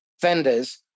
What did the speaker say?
vendors